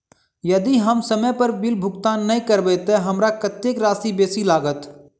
यदि हम समय पर बिल भुगतान नै करबै तऽ हमरा कत्तेक राशि बेसी लागत?